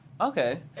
Okay